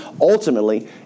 ultimately